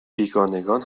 بیگانگان